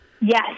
Yes